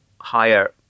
higher